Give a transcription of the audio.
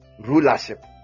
rulership